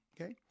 Okay